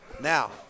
Now